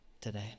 today